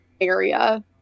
area